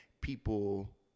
people